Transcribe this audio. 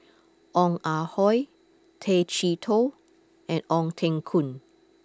Ong Ah Hoi Tay Chee Toh and Ong Teng Koon